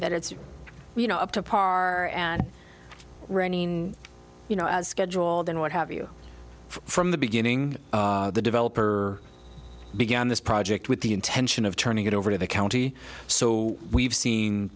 that it's you know up to par and running you know as scheduled and what have you from the beginning the developer began this project with the intention of turning it over to the county so we've seen